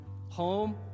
Home